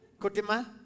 Kutima